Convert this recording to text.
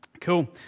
Cool